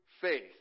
faith